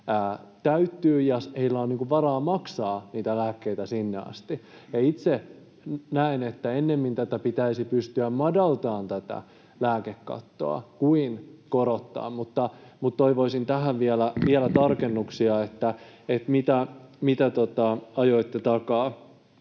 täyttyy ja että heillä on varaa maksaa niitä lääkkeitä sinne asti. Ja itse näen, että ennemmin pitäisi pystyä madaltamaan tätä lääkekattoa kuin korottamaan. Mutta toivoisin vielä tarkennuksia tähän, mitä ajoitte takaa.